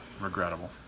regrettable